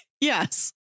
Yes